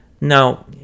now